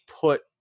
put